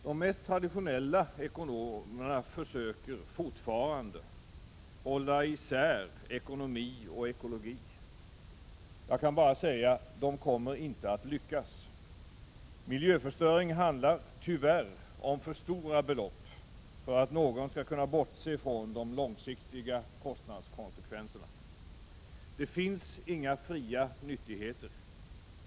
De mest traditionella ekonomerna försöker, fortfarande, hålla isär ekonomi och ekologi. Jag kan bara säga: De kommer inte att lyckas. Miljöförstöring handlar — tyvärr — om för stora belopp för att någon skall kunna bortse från de långsiktiga kostnadskonsekvenserna. Det finns inga fria nyttigheter.